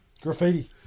graffiti